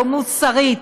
לא מוסרית,